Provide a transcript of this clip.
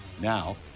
Now